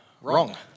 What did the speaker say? wrong